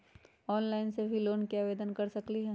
Online से भी loan के आवेदन कर सकलीहल?